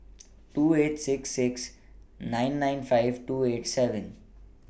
two eight six six nine nine five two eight seven